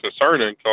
concerning